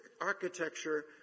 architecture